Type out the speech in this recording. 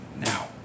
now